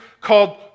called